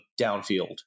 downfield